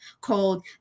called